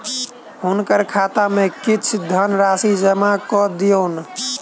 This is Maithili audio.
हुनकर खाता में किछ धनराशि जमा कय दियौन